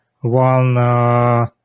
one